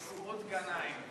מסעוד גנאים.